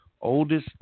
oldest